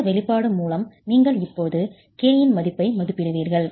அந்த வெளிப்பாடு மூலம் நீங்கள் இப்போது k இன் மதிப்பை மதிப்பிடுவீர்கள்